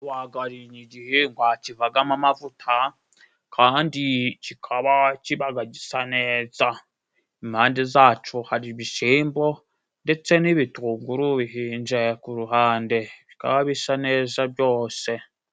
Igihwagari ni igihingwa kivagamo amavuta kandi kikaba kibaga gisa neza, impande zaco hari ibishimbo ndetse n'ibitunguru bihinje ku ruhande, bikaba bisa neza byose.